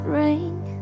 ring